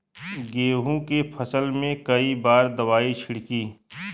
गेहूँ के फसल मे कई बार दवाई छिड़की?